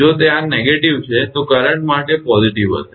જો તે આ નકારાત્મક છે તો કરંટ માટે તે સકારાત્મક રહેશે